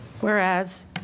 Whereas